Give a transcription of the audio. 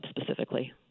specifically